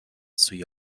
سوی